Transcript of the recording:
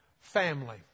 family